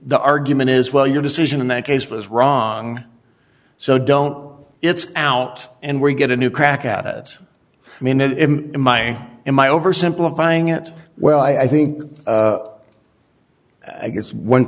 the argument is well your decision in that case was wrong so don't it's out and we get a new crack at it i mean it in my in my oversimplifying it well i think i guess one